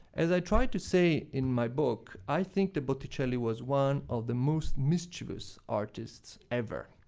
as i try to say in my book, i think that botticelli was one of the most mischievous artists ever.